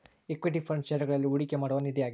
equity fund ಷೇರುಗಳಲ್ಲಿ ಹೂಡಿಕೆ ಮಾಡುವ ನಿಧಿ ಆಗೈತೆ